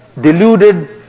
deluded